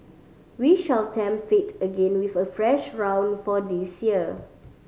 we shall tempt fate again with a fresh round for this year